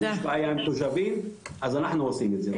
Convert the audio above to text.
אם יש בעיה עם התושבים, אז אנחנו עושים את זה.